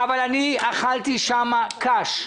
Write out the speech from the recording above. אבל אני אכלתי שם קש.